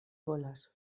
volas